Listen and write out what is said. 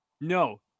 no